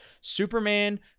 superman